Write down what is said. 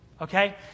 okay